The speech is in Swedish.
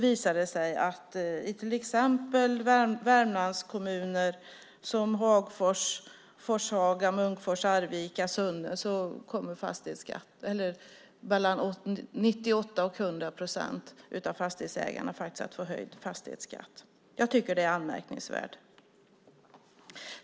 Men i till exempel Värmlandskommuner som Hagfors, Forshaga, Munkfors, Arvika och Sunne kommer 98-100 procent av fastighetsägarna att få höjd fastighetsskatt. Jag tycker att detta är anmärkningsvärt.